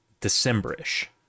December-ish